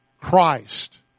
Christ